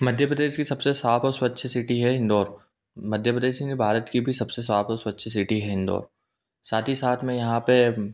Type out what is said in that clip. मध्य प्रदेश की सब से साफ़ और स्वच्छ सिटी है इंदौर मध्य प्रदेश ही नहीं भारत की भी सब से साफ़ और स्वच्छ सिटी है इंदौर साथ ही साथ में यहाँ पर